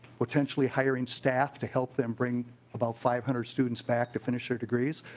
potentially hiring staff to help them bring about five hundred students back to finish their degrees.